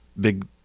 big